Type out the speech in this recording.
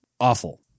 Awful